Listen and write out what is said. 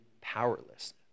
powerless